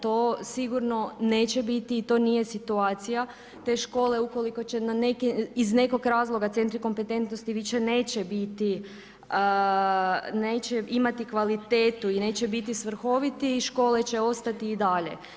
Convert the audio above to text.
To sigurno neće biti i to nije situacija, te škole ukoliko će iz nekog razloga centri kompetentnosti više neće imati kvalitetu i neće biti svrhoviti, škole će ostati i dalje.